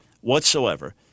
whatsoever